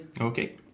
Okay